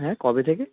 হ্যাঁ কবে থেকে